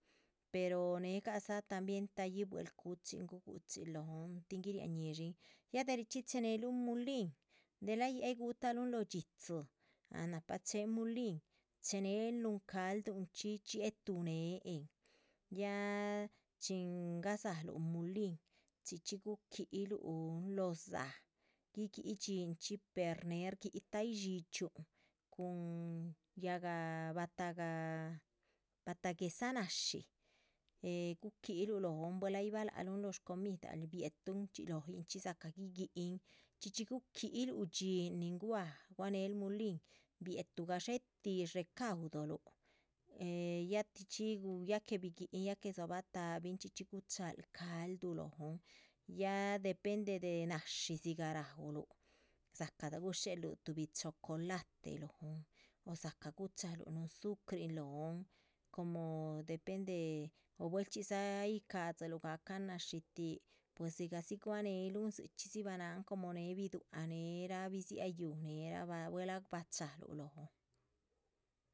Pero nehegadza tambien tahyih buehl cuchin guguchiluh lóhon tin guiriah ñíshin ya de richxí cheheneluhn mulin, de lah yíh ay guhutaluhn lóho dídzi. náh nahpa chéhen muli chenel núhun calduhnchxi dxietuh néhen ya chin gadzaluh mulin, chxí chxí guquihlun lóho dzáha guiguíh dhxinchxi per néhe shguíhi tahyih dxichxiun. cun yáhga batahga bataguedza nashi, eh guquiluhn lóhon del ay balah luhn lóho shcomidal, bietuhu loyinchxí dzacah guiguíhin chxí chxí guquihluh dxín, nin guá. nin gua néhel mulin, bietuh gadxe tih recaudo luh, eh ya chxí chxí yih ya que biguíhin ya que dzobah tahbin chxí chxí guchahaluh calduh lóhon, ya depende de náshi dzigah. ráuluh dzaca dza gushéluh tuhbi chocolate lóhon o dzacah guchaluh núhu zu´crin lóhon, como depende o buehl chxídza ay shcadziluh gahcan náshitih, pues dzigahdzi. guaneheluhn dzichxí dzi ba náhan como néhe biduac néhe rah bidzia yúhu néherabah bachaluh lóho.